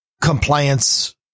compliance